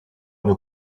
une